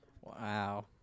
Wow